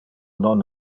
non